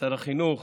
שר החינוך,